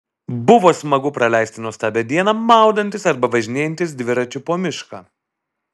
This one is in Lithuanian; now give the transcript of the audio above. buvo smagu praleisti nuostabią dieną maudantis arba važinėjantis dviračiu po mišką